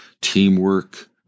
teamwork